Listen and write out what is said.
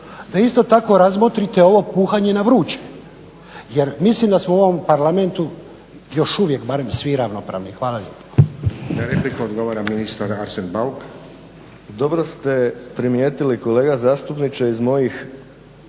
da isto tako razmotrite ovo puhanje na vruće jer mislim da smo u ovom Parlamentu još uvijek barem svi ravnopravni. Hvala